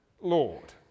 Lord